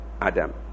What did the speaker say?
Adam